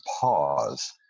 pause